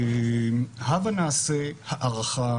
הבה נעשה הארכה